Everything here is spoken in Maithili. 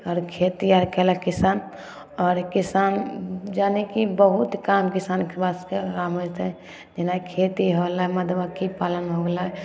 आओर खेती आर कएलक किसान आओर किसान जानी कि बहुत काम किसानके पास काम होइतै जेना खेती होलै मधुमक्खी पालन हो गेलै